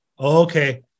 okay